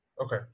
Okay